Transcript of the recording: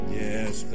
yes